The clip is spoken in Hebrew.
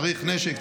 צריך נשק,